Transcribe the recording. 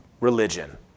religion